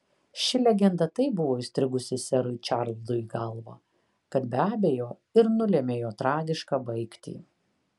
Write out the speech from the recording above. ši legenda taip buvo įstrigusi serui čarlzui į galvą kad be abejo ir nulėmė jo tragišką baigtį